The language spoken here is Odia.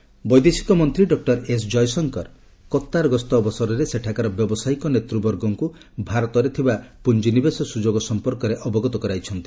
ଜୟଶଙ୍କର ବୈଦେଶିକ ମନ୍ତ୍ରୀ ଡକୁର ଏସ୍ ଜୟଶଙ୍କର କତ୍ତାର ଗସ୍ତ ଅବସରରେ ସେଠାକାର ବ୍ୟବସାୟିକ ନେତୃବର୍ଗଙ୍କୁ ଭାରତରେ ଥିବା ପୁଞ୍ଜିନିବେଶ ସୁଯୋଗ ସମ୍ପର୍କରେ ଅବଗତ କରାଇଛନ୍ତି